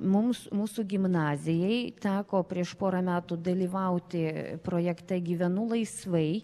mums mūsų gimnazijai teko prieš porą metų dalyvauti projekte gyvenu laisvai